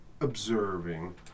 observing